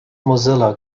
mozilla